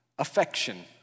Affection